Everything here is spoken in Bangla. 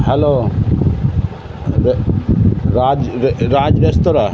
হ্যালো এটা রাজ রে রাজ রেস্তোরাঁ